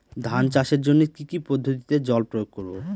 ধান চাষের জন্যে কি কী পদ্ধতিতে জল প্রয়োগ করব?